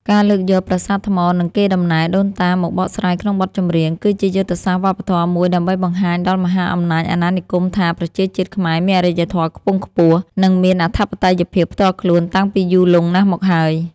ការលើកយកប្រាសាទថ្ម និងកេរដំណែលដូនតាមកបកស្រាយក្នុងបទចម្រៀង គឺជាយុទ្ធសាស្ត្រវប្បធម៌មួយដើម្បីបង្ហាញដល់មហាអំណាចអាណានិគមថា ប្រជាជាតិខ្មែរមានអរិយធម៌ខ្ពង់ខ្ពស់ និងមានអធិបតេយ្យភាពផ្ទាល់ខ្លួនតាំងពីយូរលង់ណាស់មកហើយ